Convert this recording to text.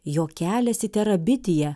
jo kelias į terabitiją